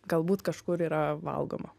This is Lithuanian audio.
galbūt kažkur yra valgoma